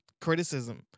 criticism